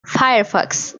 firefox